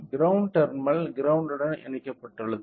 ground terminal ground உடன் இணைக்கப்பட்டுள்ளது